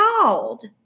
called